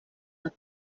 del